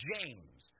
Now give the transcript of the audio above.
James